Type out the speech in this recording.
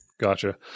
Gotcha